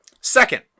Second